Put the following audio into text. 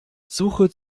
suche